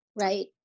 Right